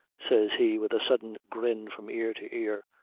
says he with a sudden grin from ear to ear,